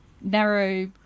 narrow